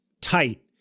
tight